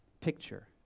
picture